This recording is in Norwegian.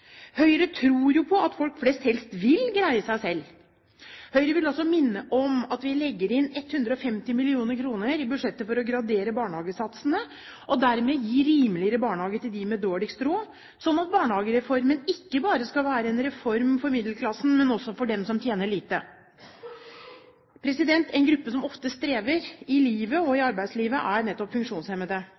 Høyre tror på at folk flest helst vil greie seg selv. Høyre vil også minne om at vi legger inn 150 mill. kr i budsjettet for å gradere barnehagesatsene og dermed gi rimeligere barnehager til dem med dårligst råd, slik at barnehagereformen ikke bare skal være en reform for middelklassen, men også for dem som tjener lite. En gruppe som ofte strever i livet og i arbeidslivet, er nettopp funksjonshemmede.